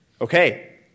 Okay